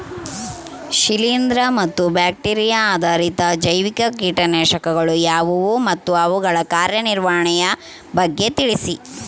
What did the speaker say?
ಶಿಲೇಂದ್ರ ಮತ್ತು ಬ್ಯಾಕ್ಟಿರಿಯಾ ಆಧಾರಿತ ಜೈವಿಕ ಕೇಟನಾಶಕಗಳು ಯಾವುವು ಮತ್ತು ಅವುಗಳ ಕಾರ್ಯನಿರ್ವಹಣೆಯ ಬಗ್ಗೆ ತಿಳಿಸಿ?